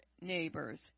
neighbors